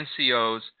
NCOs